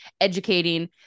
educating